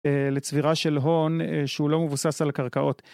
לצבירה של הון שהוא לא מבוסס על הקרקעות.